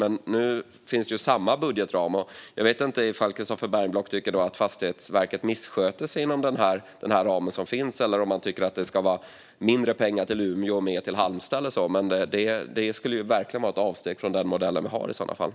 Men nu finns ju samma budgetram. Jag vet inte ifall Christofer Bergenblock tycker att Fastighetsverket missköter sig inom den ram som finns eller om han tycker att det ska mindre pengar till Umeå och mer till Halmstad eller så. Det skulle i så fall verkligen vara ett avsteg från den modell vi har.